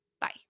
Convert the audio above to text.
Bye